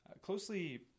closely